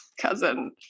cousin